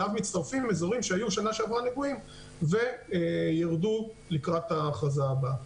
אליו מצטרפים אזורים שהיו נגועים בשנה הקודמת וירדו לקראת ההכרזה הבאה.